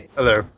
Hello